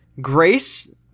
Grace